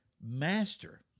Master